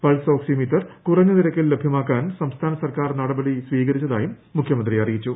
pulse oximeter കുറഞ്ഞ നിരക്കിൽ ലഭൃമാക്കാൻ സംസ്ഥാന സർക്കാർ നടപടി സ്വീകരിച്ചതായും മുഖ്യമന്ത്രി അറിയിച്ചു